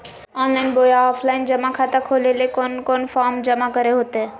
Online बोया offline जमा खाता खोले ले कोन कोन फॉर्म जमा करे होते?